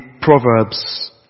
Proverbs